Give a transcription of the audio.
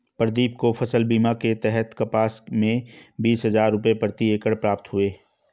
प्रदीप को फसल बीमा के तहत कपास में बीस हजार रुपये प्रति एकड़ प्राप्त हुए